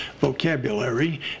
vocabulary